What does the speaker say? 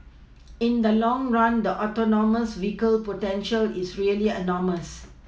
in the long run the Autonomous vehicles potential is really enormous